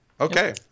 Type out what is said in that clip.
Okay